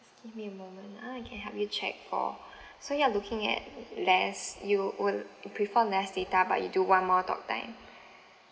give me a moment ah I can help you check for so you are looking at less you would you prefer less data but you do want more talk time